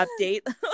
update